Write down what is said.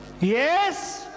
Yes